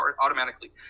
automatically